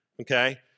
Okay